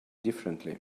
differently